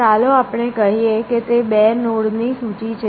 ચાલો આપણે કહીએ કે તે બે નોડ ની સૂચિ છે